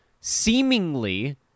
seemingly